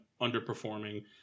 underperforming